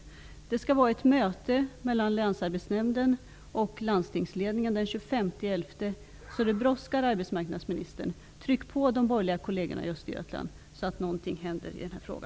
Den 25 november skall det vara ett möte mellan Länsarbetsnämnden och landstingsledningen, så det brådskar, arbetsmarknadsministern. Tryck på de borgerliga kollegerna i Östergötland, så att någonting händer i denna fråga.